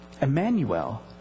Emmanuel